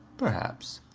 perhaps.